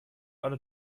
alle